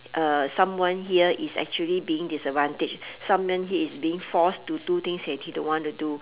uh someone here is actually being disadvantaged someone here is being forced to do things that he don't want to do